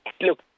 Look